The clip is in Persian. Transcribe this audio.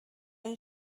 این